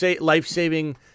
life-saving